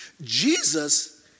Jesus